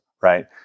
right